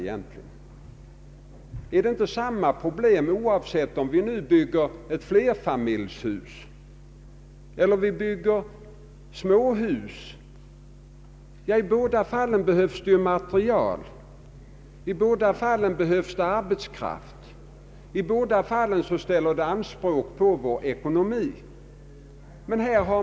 Uppstår inte samma problem oavsett om vi bygger flerfamiljshus eller småhus? I båda fallen behövs material och arbetskraft, och i båda fallen ställer det anspråk på vår ekonomi.